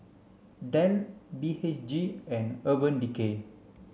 Dell B H G and Urban Decay